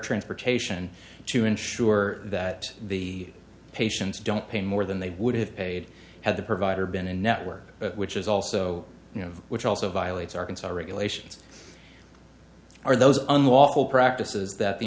transportation to ensure that the patients don't pay more than they would have paid had the provider been in network which is also you know which also violates arkansas regulations are those unlawful practices that the